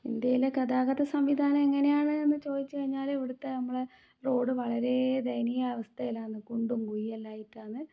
ഇന്ത്യയിലെ ഗതാഗത സംവിധാനം എങ്ങനെയാണ് എന്ന് ചോദിച്ചു കഴിഞ്ഞാൽ ഇവിടുത്തെ നമ്മളെ റോഡ് വളരെ ദയനീയാവസ്ഥയിലാണ് കുണ്ടും കുഴിയും എല്ലാം ആയിട്ടാണ്